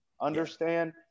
understand